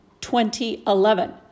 2011